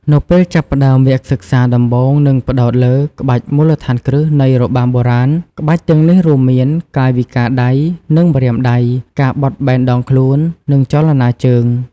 នៅពេលចាប់ផ្ដើម វគ្គសិក្សាដំបូងនឹងផ្តោតលើ ក្បាច់មូលដ្ឋានគ្រឹះ នៃរបាំបុរាណ ក្បាច់ទាំងនេះរួមមាន កាយវិការដៃ និងម្រាមដៃ ការបត់បែនដងខ្លួន និងចលនាជើង។